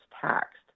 taxed